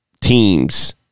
teams